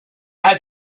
had